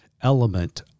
element